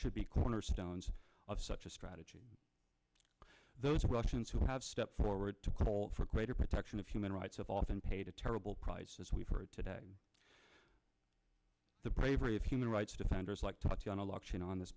should be cornerstones of such a strategy those russians who have stepped forward to call for greater protection of human rights of often paid a terrible price as we've heard today the bravery of human rights defenders like tatyana locked in on this